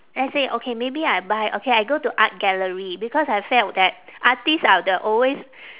let's say okay maybe I buy okay I go to art gallery because I felt that artists are the always